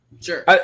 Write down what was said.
sure